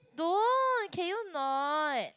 don't can you not